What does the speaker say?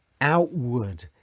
outward